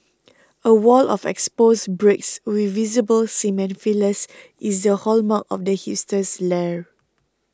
a wall of exposed bricks with visible cement fillers is the hallmark of the hipster's lair